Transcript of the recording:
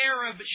Arab